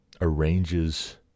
arranges